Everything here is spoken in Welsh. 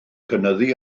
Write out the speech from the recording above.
cynyddu